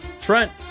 Trent